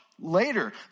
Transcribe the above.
later